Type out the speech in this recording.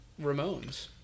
ramones